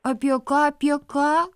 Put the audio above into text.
apie ką apie ką